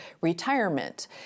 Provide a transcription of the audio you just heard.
retirement